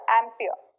ampere